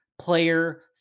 player